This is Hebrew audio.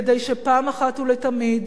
כדי שפעם אחת ולתמיד